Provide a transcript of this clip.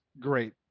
great